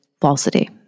falsity